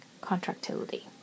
contractility